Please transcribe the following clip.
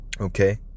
Okay